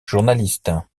journaliste